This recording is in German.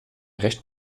recht